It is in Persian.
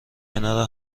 کنار